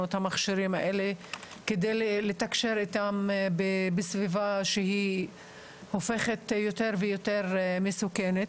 את המכשירים האלה כדי לתקשר איתם בסביבה שהיא הופכת יותר ויותר מסוכנת,